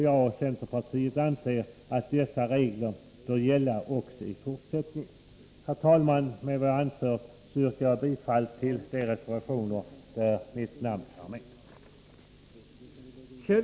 Jag och centerpartiet anser att dessa regler bör gälla också i fortsättningen. Herr talman! Med vad jag anfört yrkar jag bifall till de reservationer där mitt namn är med.